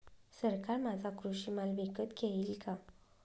सरकार माझा कृषी माल विकत घेईल का?